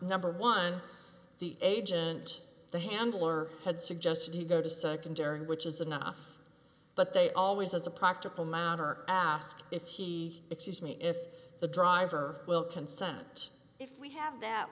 ber one the agent the handler had suggested he go to secondary which is enough but they always as a practical matter asked if he sees me if the driver will consent if we have that